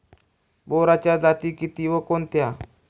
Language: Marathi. बोराच्या जाती किती व कोणत्या?